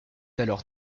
alors